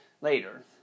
Later